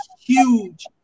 huge